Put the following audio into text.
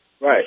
Right